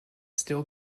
still